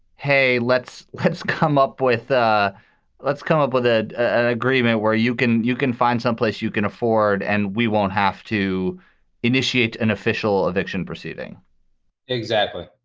hey, let's let's come up with ah let's come up with ah an agreement where you can you can find someplace you can afford and we won't have to initiate an official eviction proceeding exactly.